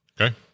Okay